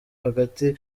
hagati